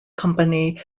company